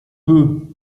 peu